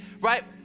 right